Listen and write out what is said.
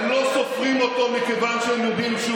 הם לא סופרים אותו מכיוון שהם יודעים שהוא